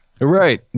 Right